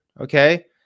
Okay